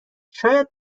شاید